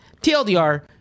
TLDR